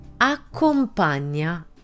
accompagna